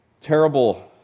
terrible